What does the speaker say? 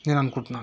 నేను అనుకుంటున్నాను